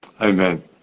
Amen